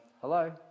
Hello